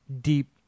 deep